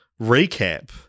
recap